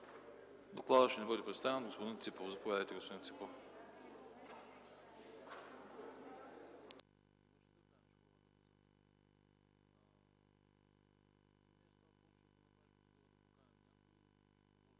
Докладът ще ни бъде представен от господин Ципов. Заповядайте, господин Ципов.